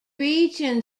region